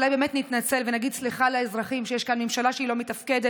אולי באמת נתנצל ונגיד סליחה לאזרחים על שיש כאן ממשלה שהיא לא מתפקדת,